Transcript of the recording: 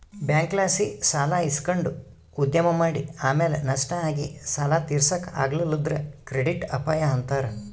ಬ್ಯಾಂಕ್ಲಾಸಿ ಸಾಲ ಇಸಕಂಡು ಉದ್ಯಮ ಮಾಡಿ ಆಮೇಲೆ ನಷ್ಟ ಆಗಿ ಸಾಲ ತೀರ್ಸಾಕ ಆಗಲಿಲ್ಲುದ್ರ ಕ್ರೆಡಿಟ್ ಅಪಾಯ ಅಂತಾರ